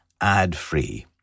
ad-free